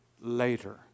later